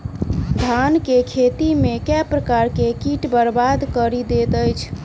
धान केँ खेती मे केँ प्रकार केँ कीट बरबाद कड़ी दैत अछि?